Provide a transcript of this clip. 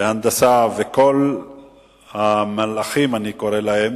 והנדסה וכל המלאכים, כך אני קורא להם,